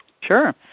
Sure